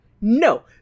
no